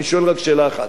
אני שואל רק שאלה אחת: